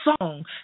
song